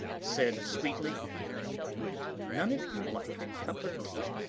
said sweetly would none of you like a cup of tea?